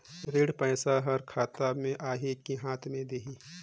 ऋण पइसा हर खाता मे आही की हाथ मे देही?